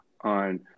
on